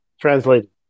translate